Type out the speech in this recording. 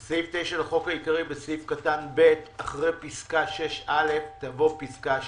בסעיף 9 לחוק העיקרי בסעיף קטן (ב) אחרי פסקה (6א) תבוא פסקה (6ב):